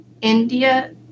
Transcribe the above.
India